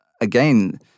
again